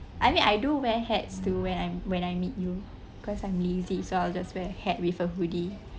I mean I do wear hats too when I'm when I meet you cause I'm lazy so I'll just wear a hat with a hoodie